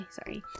sorry